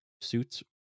suits